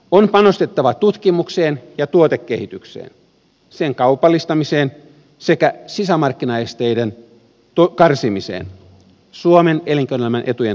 on panostettava tutkimukseen ja tuotekehitykseen sen kaupallistamiseen sekä sisämarkkinaesteiden karsimiseen suomen elinkeinoelämän etujen turvaamiseksi